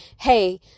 hey